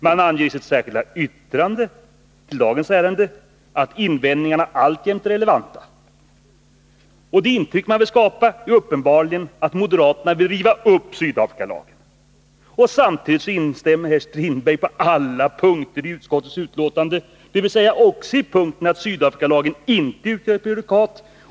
Man anger i sitt särskilda yrkande att invändningarna alltjämt är relevanta. Det intryck moderaterna vill skapa är uppenbarligen att de vill riva upp Sydafrikalagen. Samtidigt instämmer Per-Olof Strindberg på alla punkter i utskottets betänkande, dvs. också i punkten att Sydafrikalagen inte utgör ett prejudikat.